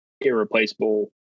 irreplaceable